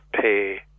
pay